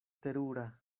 terura